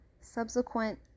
subsequent